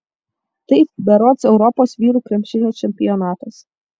taip berods europos vyrų krepšinio čempionatas